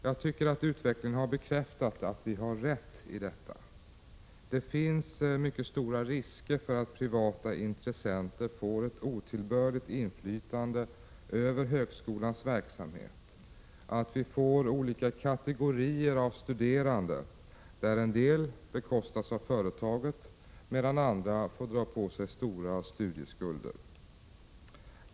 Jag tycker att utvecklingen har bekräftat att vi har rätt i detta. Det finns mycket stora risker för att privata intressenter får ett otillbörligt inflytande över högskolans verksamhet, att vi får olika kategorier av studerande, av vilka en del får sina studier bekostade av företaget, medan andra får dra på sig stora studieskulder.